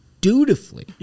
dutifully